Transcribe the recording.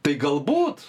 tai galbūt